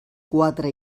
quatre